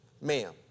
ma'am